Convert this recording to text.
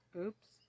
Oops